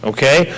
Okay